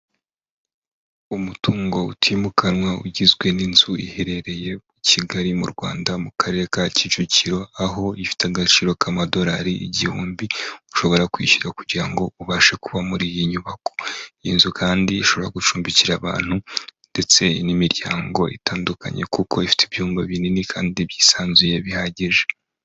Umutungo utimukanwa ugizwe n'inzu iherereye Kigali mu Rwanda mu karere ka Kicukiro, aho ifite agaciro k'amadolari igihumbi, ushobora kwishyura kugira ngo ubashe kuba muri iyi nyubako, iyi nzu kandi ishobora gucumbikira abantu ndetse n'imiryango itandukanye kuko ifite ibyumba binini kandi byisanzuye bihagije.